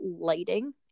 lighting